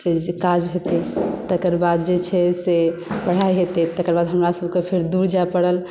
जे काज हेतै तकर बाद जे छै से पढ़ाइ हेतै तकर बाद हमरासभकेँ दूर जाए पड़ल